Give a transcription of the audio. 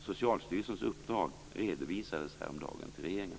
Socialstyrelsens uppdrag redovisades häromdagen till regeringen.